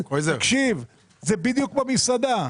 תקשיב, זה בדיוק כמו מסעדה.